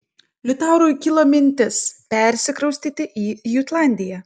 liutaurui kilo mintis persikraustyti į jutlandiją